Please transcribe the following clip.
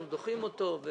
אנחנו דוחים אותו.